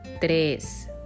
Tres